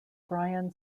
brian